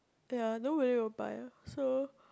ya nobody will buy so